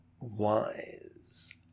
wise